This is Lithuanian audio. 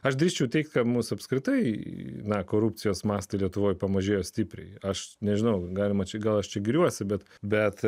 aš drįsčiau teigti kad mus apskritai na korupcijos mastai lietuvoje pamažėjo stipriai aš nežinau galima čia gal aš giriuosi bet bet